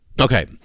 Okay